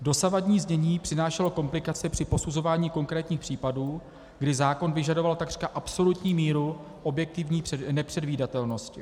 Dosavadní znění přinášelo komplikace při posuzování konkrétních případů, kdy zákon vyžadoval takřka absolutní míru objektivní nepředvídatelnosti.